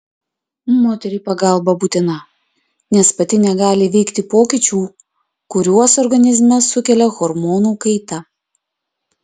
moteriai pagalba būtina nes pati negali įveikti pokyčių kuriuos organizme sukelia hormonų kaita